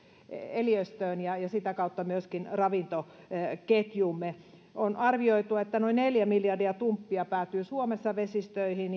eliöstöön ja ja sitä kautta myöskin ravintoketjuumme on arvioitu että noin neljä miljardia tumppia päätyy suomessa vesistöihin